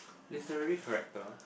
literally character